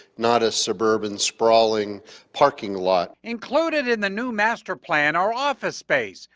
not a suburban sprawling parking lot. included in the new master plan our office space,